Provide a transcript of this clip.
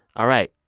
all right,